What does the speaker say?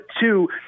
two